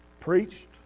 Preached